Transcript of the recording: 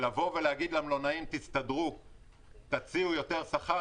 לבוא ולהגיד למלונאים שיסתדרו ויציעו יותר שכר?